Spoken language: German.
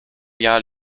jahr